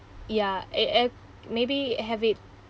ya a ap~ maybe have it